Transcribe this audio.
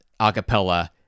acapella